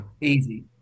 Easy